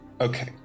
Okay